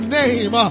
name